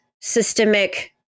systemic